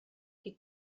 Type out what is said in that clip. qui